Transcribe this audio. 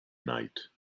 night